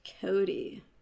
Cody